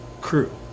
crew